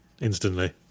instantly